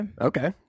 Okay